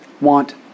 want